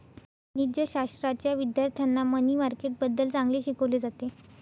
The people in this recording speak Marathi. वाणिज्यशाश्राच्या विद्यार्थ्यांना मनी मार्केटबद्दल चांगले शिकवले जाते